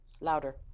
Louder